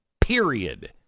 Period